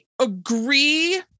agree